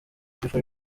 sifa